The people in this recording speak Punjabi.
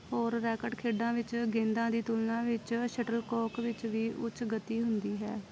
ਹੋਰ ਰੈਕੇਟ ਖੇਡਾਂ ਵਿੱਚ ਗੇਂਦਾਂ ਦੀ ਤੁਲਨਾ ਵਿੱਚ ਸ਼ਟਲਕੌਕ ਵਿੱਚ ਵੀ ਉੱਚ ਗਤੀ ਹੁੰਦੀ ਹੈ